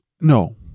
no